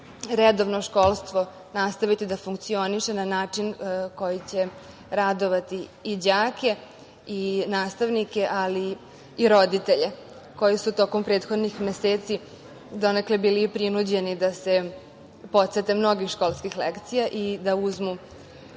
redovno školstvo nastaviti da funkcioniše na način koji će radovati i đake i nastavnike, ali i roditelje, koji su tokom prethodnih meseci donekle bili i prinuđeni da se podsete mnogih školskih lekcija i da